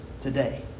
today